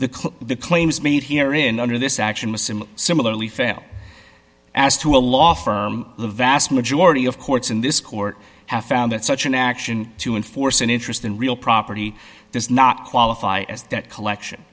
the the claims made here in under this action was similarly fail as to a law firm the vast majority of courts in this court have found that such an action to enforce an interest in real property does not qualify as that collection